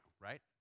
right